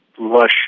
lush